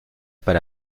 para